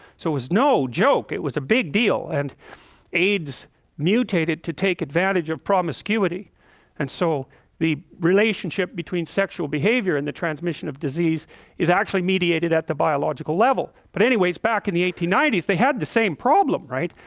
so it was no joke. it was a big deal and ades mutated to take advantage of promiscuity and so the relationship between sexual behavior and the transmission of disease is actually mediated at the biological level. but anyways back in the eighteen ninety s they had the same problem, right?